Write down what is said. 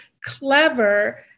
clever